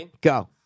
go